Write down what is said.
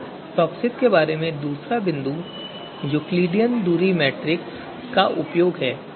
फिर टॉपसिस के बारे में दूसरा बिंदु यूक्लिडियन दूरी मीट्रिक का उपयोग है